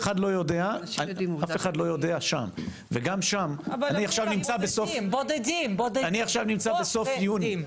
גם שם, אני נמצא בסוף יוני,